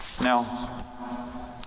Now